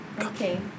Okay